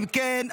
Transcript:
אם כן,